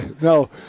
No